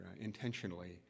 intentionally